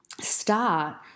start